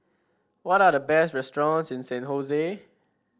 what are the best restaurants in San Jose